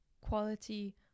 quality